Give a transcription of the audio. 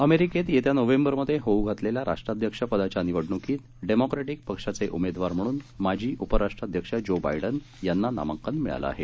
अमेरिकेत येत्या नोव्हेंबर मधे होऊ घातलेल्या राष्ट्राध्यक्ष पदाच्या निवडणुकीत डेमोक्रॅटिक पक्षाचे उमेदवार म्हणून माजी उपराष्ट्राध्यक्ष जो बायडन यांना नामांकन मिळालं आहे